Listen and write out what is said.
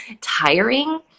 tiring